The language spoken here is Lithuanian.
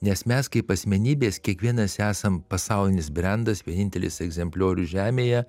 nes mes kaip asmenybės kiekvienas esam pasaulinis brendas vienintelis egzempliorius žemėje